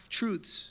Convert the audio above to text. truths